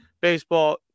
baseball –